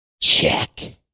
check